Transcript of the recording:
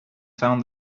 found